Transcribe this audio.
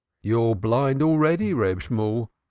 you're blind already, reb shemuel.